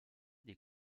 des